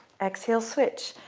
exhale, switch.